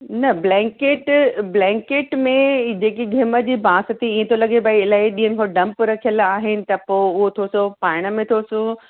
न blanket blanket में जेकी घिम जी बांस थी इअं थो लॻे भई इलाही ॾींहंनि खां डंप रखियल आहिनि त पोइ उहो थोरोसो पायण में थोरोसो